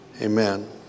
amen